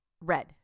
red